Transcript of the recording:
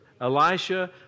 Elisha